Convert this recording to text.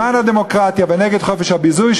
למען הדמוקרטיה ונגד חופש הביזוי,